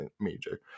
major